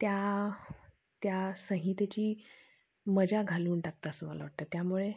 त्या त्या संहितेची मजा घालवून टाकता असं मला वाटतं त्यामुळे